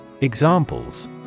Examples